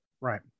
Right